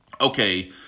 okay